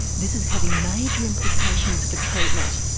this is having major implications for treatment.